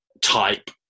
type